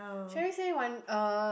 Sherry say one uh